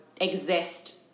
exist